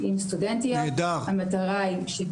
15 שנים סמנכ"ל פיתוח ומנכ"ל בתעשיית הייטק,